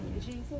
Jesus